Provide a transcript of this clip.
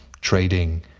trading